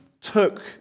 took